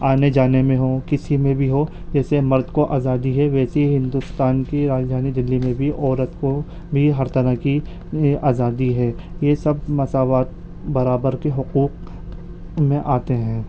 آنے جانے میں ہوں کسی میں بھی ہوں جیسے مرد کو آزادی ہے ویسے ہندوستان کی راجدھانی دلی میں بھی عورت کو بھی ہر طرح کی آزادی ہے یہ سب مساوات برابر کے حقوق میں آتے ہیں